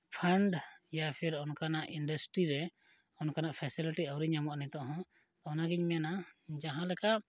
fund ᱭᱟ ᱯᱷᱤᱨ ᱚᱱᱠᱟᱱᱟᱜ ᱤᱱᱰᱟᱥᱴᱨᱤ ᱨᱮ ᱚᱱᱟᱠᱟᱜ ᱯᱷᱮᱥᱤᱞᱤᱴᱤ ᱟᱹᱣᱨᱤ ᱧᱟᱢᱚᱜᱼᱟ ᱱᱤᱛᱳᱜ ᱦᱚᱸ ᱚᱱᱟᱜᱤᱧ ᱢᱮᱱᱟ ᱡᱟᱦᱟᱸ ᱞᱮᱠᱟ